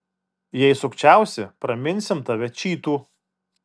jei sukčiausi praminsim tave čytu